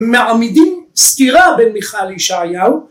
מעמידים סתירה בין מיכה לישעיהו